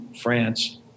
France